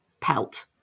pelt